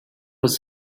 was